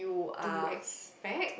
to expect